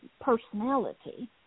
personality